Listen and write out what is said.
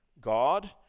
God